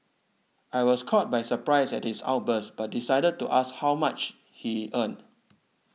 I was caught by surprise at his outburst but decided to ask just how much he earned